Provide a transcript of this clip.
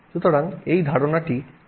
সুতরাং এই ধারণাটি আপনার মনে রাখা উচিত